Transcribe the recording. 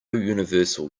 universal